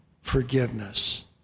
forgiveness